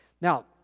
Now